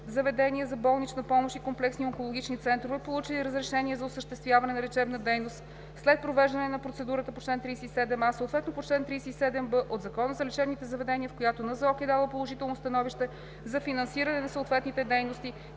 заведения за болнична помощ и комплексни онкологични центрове, получили разрешение за осъществяване на лечебна дейност след провеждане на процедурата по чл. 37а, съответно по чл. 37б от Закона за лечебните заведения, в която НЗОК е дала положително становище за финансиране на съответните дейности,